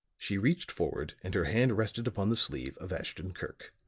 she reached forward and her hand rested upon the sleeve of ashton-kirk.